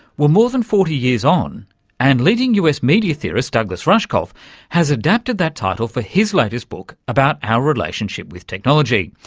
well, more than forty years on and leading us media theorist douglas rushkoff has adapted that title for his latest book about our relationship with technology.